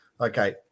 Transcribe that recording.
Okay